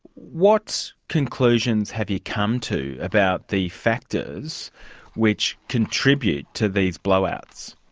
what conclusions have you come to about the factors which contribute to these blowouts?